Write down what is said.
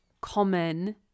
common